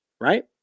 right